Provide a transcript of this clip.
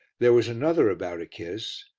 there was another about a kiss,